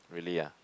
really ah